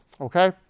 Okay